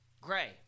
Gray